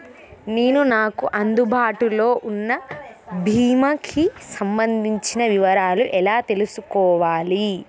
నేను నాకు అందుబాటులో ఉన్న బీమా కి సంబంధించిన వివరాలు ఎలా తెలుసుకోవాలి?